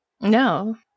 No